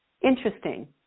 Interesting